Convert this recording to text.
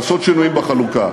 לעשות שינויים בחלוקה.